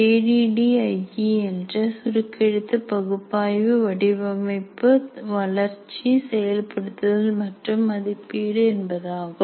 A D D I E என்ற சுருக்கெழுத்து பகுப்பாய்வு வடிவமைப்பு வளர்ச்சி செயல்படுத்தல் மற்றும் மதிப்பீடு என்பதாகும்